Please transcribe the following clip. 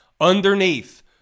underneath